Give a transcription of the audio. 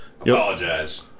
Apologize